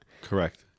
Correct